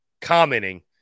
commenting